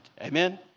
Amen